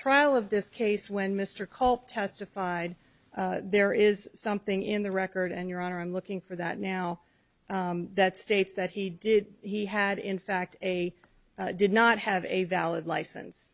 trial of this case when mr culp testified there is something in the record and your honor i'm looking for that now that states that he did he had in fact a did not have a valid license